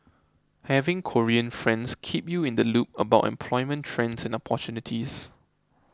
having Korean friends keep you in the loop about employment trends and opportunities